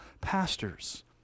pastors